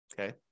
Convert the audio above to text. Okay